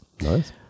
Nice